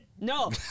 No